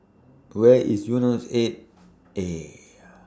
Where IS Eunos eight A